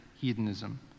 hedonism